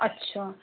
अच्छा